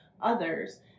others